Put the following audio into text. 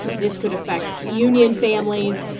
this could affect union families.